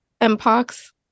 MPOX